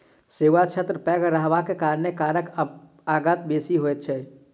सेवा क्षेत्र पैघ रहबाक कारणेँ करक आगत बेसी होइत छै